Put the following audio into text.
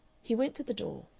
he went to the door.